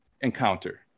encounter